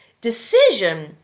decision